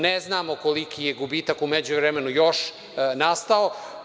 Ne znamo koliki je gubitak u međuvremenu još nastao.